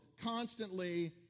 constantly